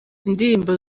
indirimbo